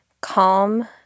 calm